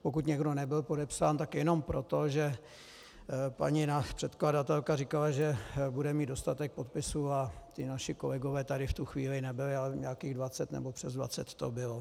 Pokud někdo nebyl podepsán, tak jenom proto, že paní předkladatelka říkala, že bude mít dostatek podpisů, a ti naši kolegové tady v tu chvíli nebyli, ale nějakých dvacet, nebo přes dvacet to bylo.